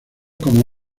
como